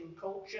culture